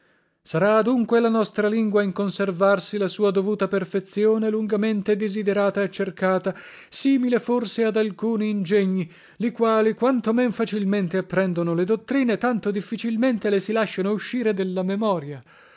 sarà adunque la nostra lingua in conservarsi la sua dovuta perfezzione lungamente disiderata e cercata simile forse ad alcuni ingegni li quali quanto men facilmente apprendono le dottrine tanto difficilmente le si lasciano uscire della memoria